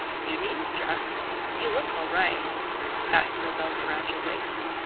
you needn't dress you look all right fasten a belt around your waist.